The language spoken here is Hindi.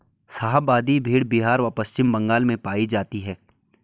शाहाबादी भेड़ बिहार व पश्चिम बंगाल में पाई जाती हैं